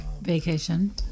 Vacation